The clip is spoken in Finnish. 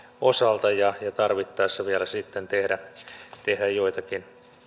osalta ja tarvittaessa vielä sitten tehdä joitakin